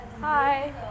Hi